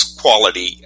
quality